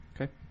Okay